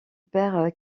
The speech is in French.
père